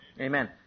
Amen